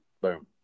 boom